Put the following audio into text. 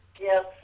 Yes